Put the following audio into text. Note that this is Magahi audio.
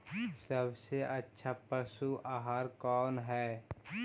सबसे अच्छा पशु आहार कौन है?